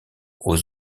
aux